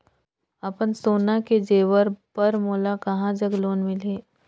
अपन सोना के जेवर पर मोला कहां जग लोन मिलही?